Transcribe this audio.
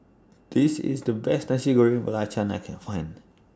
This IS The Best Nasi Goreng Belacan I Can Find